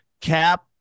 cap